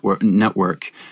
network